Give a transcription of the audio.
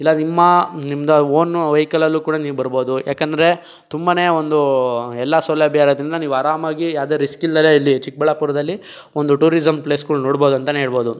ಇಲ್ಲ ನಿಮ್ಮ ನಿಮ್ಮದೆ ಓನು ವೆಹಿಕಲಲ್ಲೂ ಕೂಡ ನೀವು ಬರಬಹುದು ಯಾಕೆಂದ್ರೆ ತುಂಬನೇ ಒಂದು ಎಲ್ಲ ಸೌಲಭ್ಯ ಇರೋದ್ರಿಂದ ನೀವು ಆರಾಮಾಗಿ ಯಾವುದೇ ರಿಸ್ಕ್ ಇಲ್ಲದೇ ಇಲ್ಲಿ ಚಿಕ್ಕಬಳ್ಳಾಪುರದಲ್ಲಿ ಒಂದು ಟೂರಿಸಂ ಪ್ಲೇಸ್ಗಳು ನೋಡಬಹುದು ಅಂತಲೇ ಹೇಳಬಹುದು